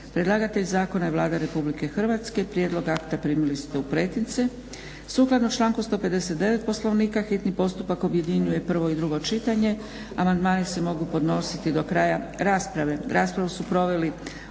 Predlagatelj zakona je Vlada Republike Hrvatske. Prijedlog akta primili ste u pretince. Sukladno članku 159. Poslovnika hitni postupak objedinjuje prvo i drugo čitanje. Amandmani se mogu podnositi do kraja rasprave.